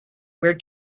when